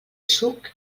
suc